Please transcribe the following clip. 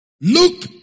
Look